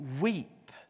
weep